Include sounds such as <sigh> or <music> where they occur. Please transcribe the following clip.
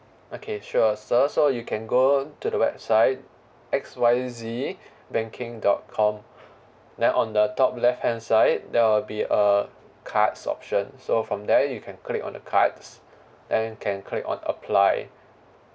okay sure sir so you can go to the website X Y Z <breath> banking dot com <breath> then on the top left hand side there will be uh cards option so from there you can click on the cards <breath> then can click on apply